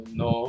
no